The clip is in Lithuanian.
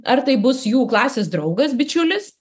ar tai bus jų klasės draugas bičiulis